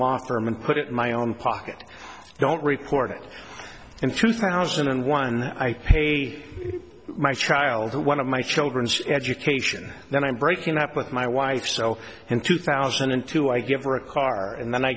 firm and put it in my own pocket don't report it and two thousand and one i pay my child or one of my children's education then i'm breaking up with my wife so in two thousand and two i give her a car and then i